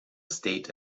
state